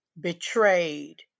betrayed